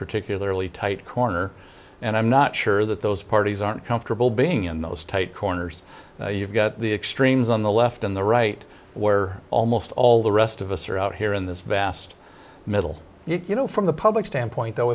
particularly tight corner and i'm not sure that those parties aren't comfortable being in those tight corners you've got the extremes on the left and the right where almost all the rest of us are out here in this vast middle you know from the public standpoint though